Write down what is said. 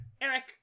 eric